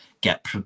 get